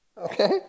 okay